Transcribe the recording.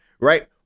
right